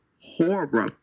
horrible